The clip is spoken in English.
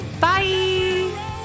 Bye